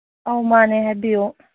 ꯑꯧ ꯃꯥꯅꯦ ꯍꯥꯏꯕꯤꯌꯨ